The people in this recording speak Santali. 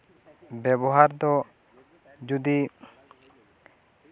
ᱵᱮᱵᱚᱦᱟᱨ ᱫᱚ ᱡᱩᱫᱤ